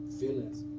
feelings